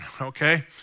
okay